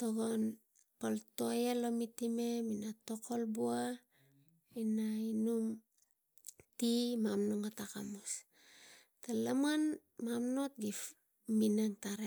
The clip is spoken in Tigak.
togon pal toea lo mitimem ina pul buai e ina inum ti mamana ot akamus tang laman, mamana ot minang tana.